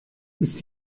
ist